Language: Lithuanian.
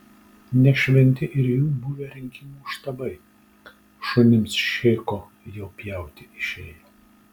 ne šventi ir jų buvę rinkimų štabai šunims šėko jau pjauti išėję